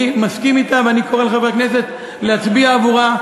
אני מסכים אתה ואני קורא לחברי הכנסת להצביע עבורה,